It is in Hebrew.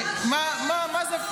--- מה זה?